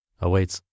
awaits